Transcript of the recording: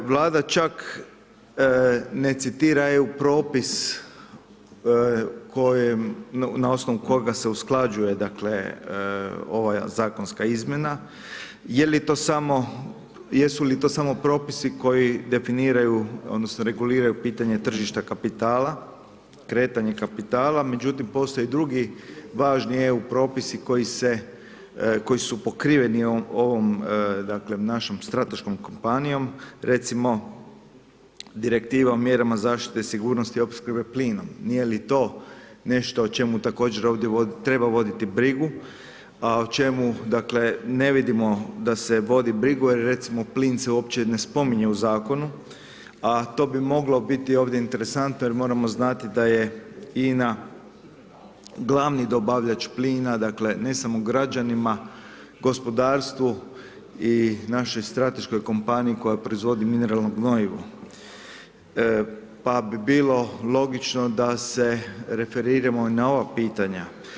Vlada čak ne citira EU propis kojem, na osnovu koga se usklađuje dakle ova zakonska izmjena je li to samo, jesu li to samo propisi koji definiraju odnosno reguliraju pitanje tržišta kapitala, kretanje kapitala, međutim postoje i drugi važni EU propisi koji se, koji su pokriveni ovom dakle našom strateškom kompanijom, recimo Direktiva o mjerama zaštite i sigurnosti opskrbe plinom, nije li to nešto o čemu također ovdje treba voditi brigu, a o čemu dakle ne vidimo da se vodi brigu jer je recimo plin se uopće ne spominje u zakonu, a to bi moglo biti ovdje interesantno jer moramo znati da je INA glavni dobavljač plina dakle ne samo građanima, gospodarstvu i našoj strateškoj kompaniji koja proizvodi mineralno gnojivo, pa bi bilo logično da se referiramo i na ova pitanja.